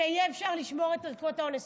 שיהיה אפשר לשמור את ערכות האונס,